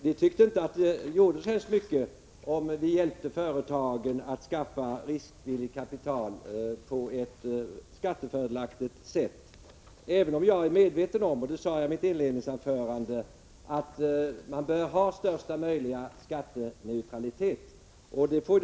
Vi tyckte inte att det gjorde så hemskt mycket om vi hjälpte företagen att skaffa riskvilligt kapital på ett skattefördelaktigt sätt, även om jag är medveten om — och det sade jag i mitt inledningsanförande — att man bör ha största möjliga skatteneutralitet.